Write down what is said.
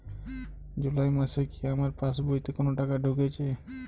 জুলাই মাসে কি আমার পাসবইতে কোনো টাকা ঢুকেছে?